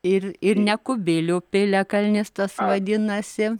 ir ir ne kubilių piliakalnis tas vadinasi